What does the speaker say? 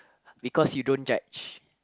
because you don't judge